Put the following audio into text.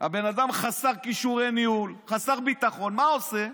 הבן אדם, חסר כישורי ניהול, חסר ביטחון, מה עושה?